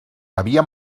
havia